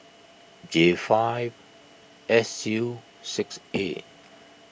J five S U six A